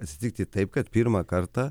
atsitikti taip kad pirmą kartą